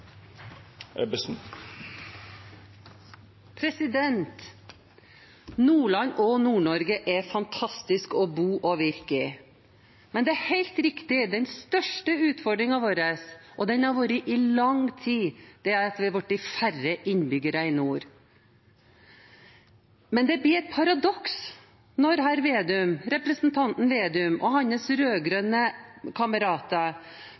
der. Nordland og Nord-Norge er fantastisk å bo og virke i, men det er helt riktig at den største utfordringen vår – og den har vært der i lang tid – er at vi har blitt færre innbyggere i nord. Det blir likevel et paradoks når representanten Slagsvold Vedum og